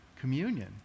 communion